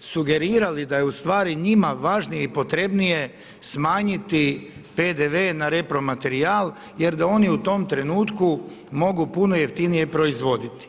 sugerirali da je u stvari njima važnije i potrebnije smanjiti PDV na repromaterijal, jer da oni u tom trenutku mogu puno jeftinije proizvoditi.